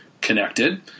connected